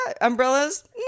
umbrellas